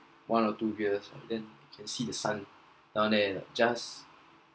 one or two beers like then you can see the sun down there like just